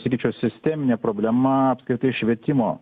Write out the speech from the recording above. sakyčiau sisteminė problema apskritai švietimo